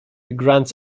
grants